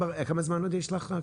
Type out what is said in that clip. כמה זמן עוד יש לך?